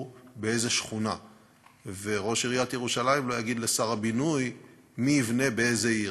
באיזו שכונה וראש עיריית ירושלים לא יגיד לשר הבינוי מי יבנה באיזו עיר.